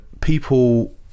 people